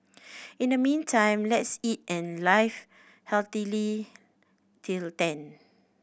in the meantime let's eat and live healthily till then